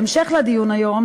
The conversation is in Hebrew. בהמשך לדיון היום,